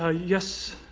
ah yes.